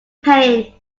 pain